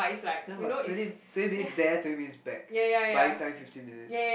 ya but twenty twenty minutes there twenty minutes back buying time fifteen minutes